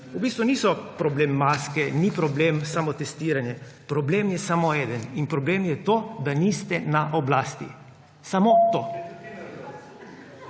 v bistvu niso problem maske, ni problem samotestiranje, problem je samo eden – in problem je to, da niste na oblasti. Samo to.